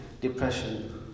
depression